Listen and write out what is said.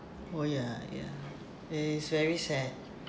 oh ya ya it is very sad